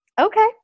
Okay